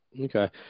Okay